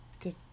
Good